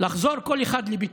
לחזור כל אחד לביתו.